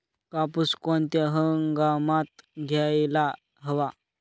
कापूस कोणत्या हंगामात घ्यायला हवा?